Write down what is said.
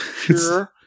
Sure